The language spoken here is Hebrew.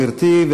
גברתי,